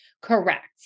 correct